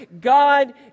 God